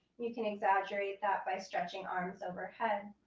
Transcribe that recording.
you can exaggerate that by stretching arms overhead.